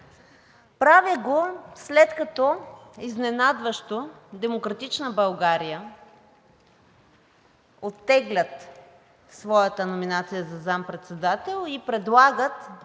Правя го, след като изненадващо „Демократична България“ оттеглят своята номинация за заместник-председател и предлагат